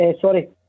Sorry